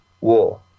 War